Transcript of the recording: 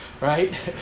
right